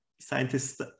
scientists